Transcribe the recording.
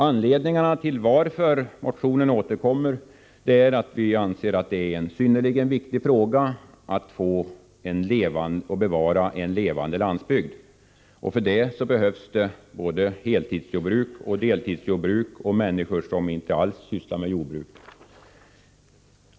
Anledningen till att motionen återkommer är att vi anser att det är synnerligen viktigt att få till stånd och bevara en levande landsbygd. För detta behövs såväl heltidsjordbrukare och deltidsjordbrukare som människor som inte alls sysslar med jordbruk.